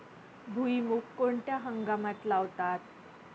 भुईमूग कोणत्या हंगामात लावतात?